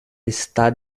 está